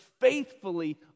faithfully